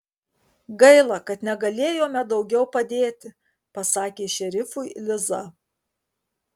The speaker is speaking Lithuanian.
gaila kad negalėjome daugiau padėti pasakė šerifui liza